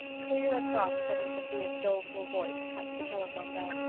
clear across cousin sophia's doleful voice cut the telephone bell.